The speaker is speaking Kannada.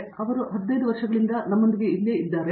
ಮತ್ತು ಅವರು 15 ವರ್ಷಗಳಿಂದ ನಮ್ಮೊಂದಿಗೆ ಇಲ್ಲಿಯೇ ಇದ್ದರು